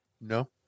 No